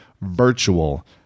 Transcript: virtual